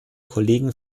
kollegen